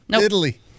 Italy